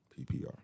PPR